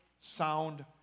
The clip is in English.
sound